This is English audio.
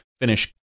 finish